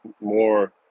More